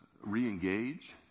re-engage